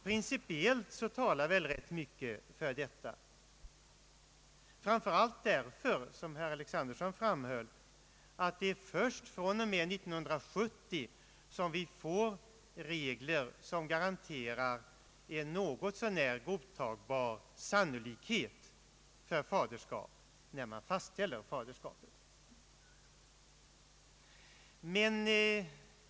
Principiellt talar väl rätt mycket för detta, framför allt det som herr Alexanderson framhöll, nämligen att vi först 1970 får regler som garanterar en något så när godtagbar sannolikhet för faderskap när sådant fastställes.